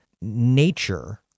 nature